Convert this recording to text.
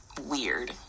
weird